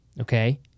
Okay